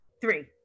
three